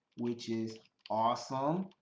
which is awesome.